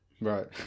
Right